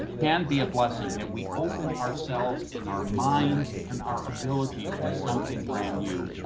can be a blessing that we open ourselves and our minds and our abilities to something brand new.